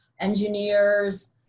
engineers